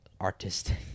artistic